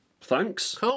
Thanks